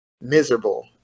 miserable